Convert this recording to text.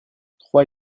trois